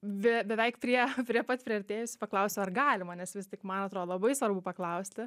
be beveik prie prie pat priartėjusi paklausiau ar galima nes vis tik man atrodo labai svarbu paklausti